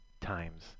times